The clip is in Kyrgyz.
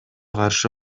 каршы